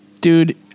dude